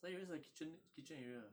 then the rest the kitchen kitchen area